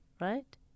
Right